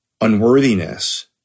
unworthiness